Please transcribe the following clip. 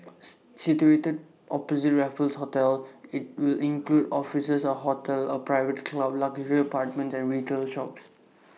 situated opposite Raffles hotel IT will include offices A hotel A private club luxury apartments and retail shops